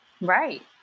right